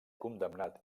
condemnat